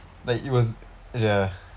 like it was ya